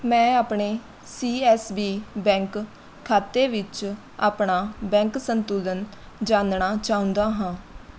ਮੈਂ ਆਪਣੇ C S B bank ਖਾਤੇ ਵਿੱਚ ਆਪਣਾ ਬੈਂਕ ਸੰਤੁਲਨ ਜਾਨਣਾ ਚਾਹੁੰਦਾ ਹਾਂ